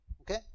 Okay